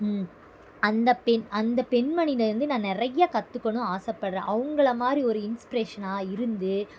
அந்த பெண் அந்த பெண்மணிகிட்டேருந்து நான் நிறைய கற்றுக்கணும் ஆசைப்பட்றேன் அவங்களமாரி ஒரு இன்ஸ்ப்ரேஷன்னாக இருந்து